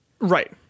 right